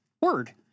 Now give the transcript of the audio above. Word